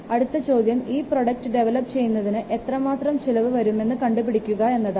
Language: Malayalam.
അടുത്ത ചോദ്യം ഈ പ്രോഡക്റ്റ് ഡെവലപ്പ് ചെയ്യുന്നതിന് എത്രമാത്രം ചിലവ് വരുമെന്നത് കണ്ടുപിടിക്കുക എന്നതാണ്